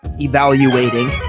evaluating